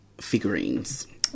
figurines